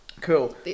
cool